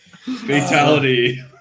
Fatality